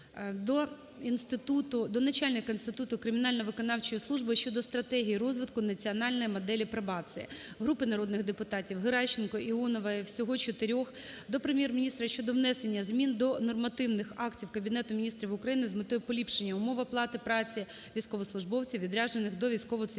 до начальника Інституту кримінально-виконавчої служби щодо стратегії розвитку національної моделі пробації. Групи народних депутатів (Геращенко, Іонової. Всього 4-х) до Прем'єр-міністра щодо внесення змін до нормативних актів Кабінету Міністрів України з метою поліпшення умов оплати праці військовослужбовців, відряджених до військово-цивільних